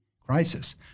crisis